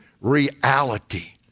reality